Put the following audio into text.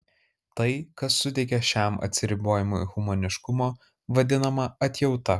tai kas suteikia šiam atsiribojimui humaniškumo vadinama atjauta